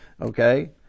okay